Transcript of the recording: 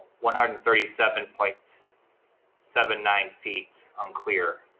one hundred and thirty seven point seven nine feet on clear.